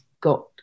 got